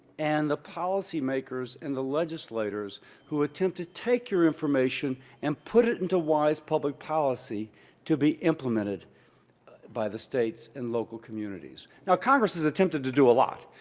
and the policymakers and the legislators who attempt to take your information and put it into wise public policy to be implemented by the states and local communities. now, congress has attempted to do a lot.